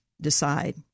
decide